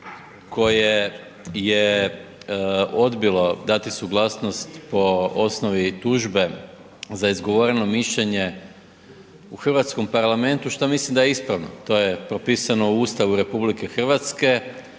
koje je odbilo dati suglasnost po osnovi tužbe za izgovoreno mišljenje u hrvatskom parlamentu što mislim da je ispravno. To je propisano u Ustavu RH i od toga